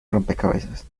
rompecabezas